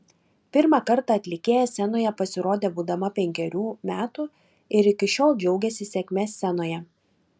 pirmą kartą atlikėja scenoje pasirodė būdama penkerių metų ir iki šiol džiaugiasi sėkme scenoje